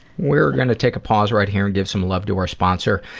we're going to take a pause right here and give some love to our sponsor.